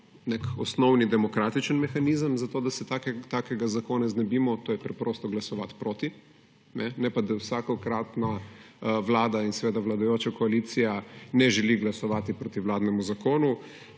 nek osnovni demokratičen mehanizem, da se takega zakona znebimo, to je preprosto glasovati proti. Ne pa da vsakokratna vlada in seveda vladajoča koalicija ne želi glasovati proti vladnemu zakonu.